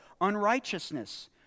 unrighteousness